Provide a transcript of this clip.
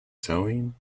sewing